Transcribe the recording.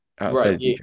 Right